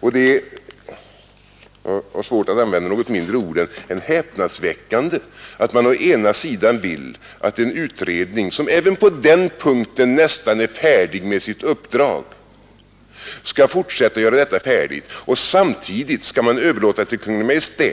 Jag har svårt att använda något annat ord än häpnadsväckande, när man å ena sidan vill att en utredning som även på den punkten nästan avslutat sitt uppdrag skall fortsätta och göra det färdigt och man samtidigt å andra sidan vill överlåta till Kungl Maj:t